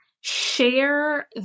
share